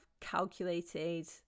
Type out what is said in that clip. calculated